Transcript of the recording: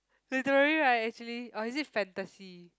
literary right actually or is it fantasy